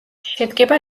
შედგება